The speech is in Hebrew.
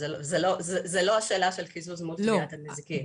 זאת לא השאלה של קיזוז מול תביעת הנזיקין.